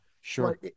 Sure